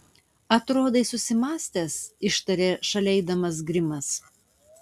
atrodai susimąstęs ištarė šalia eidamas grimas